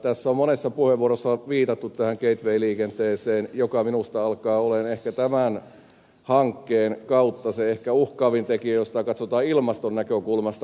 tässä on monessa puheenvuorossa viitattu tähän gateway liikenteeseen joka minusta alkaa olla tämän hankkeen kautta ehkä se uhkaavin tekijä jos sitä katsotaan ilmaston näkökulmasta